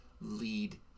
lead